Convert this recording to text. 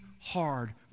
hard